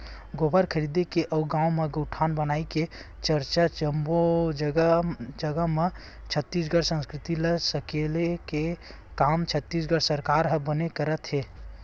गोबर खरीदे के अउ गाँव म गौठान बनई के चरचा जम्मो जगा म हे छत्तीसगढ़ी संस्कृति ल सकेले के काम छत्तीसगढ़ सरकार ह बने करत हे